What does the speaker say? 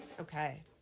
okay